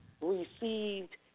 received